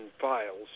files